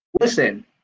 Listen